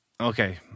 Okay